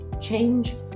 change